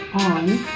on